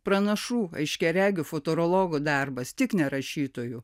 pranašų aiškiaregių futurologų darbas tik ne rašytojų